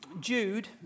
Jude